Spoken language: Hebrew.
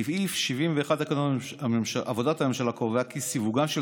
סעיף 71 בתקנון עבודת הממשלה קובע כי סיווגם של